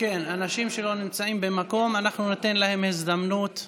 שלא נמצאים במקום ניתן הזדמנות.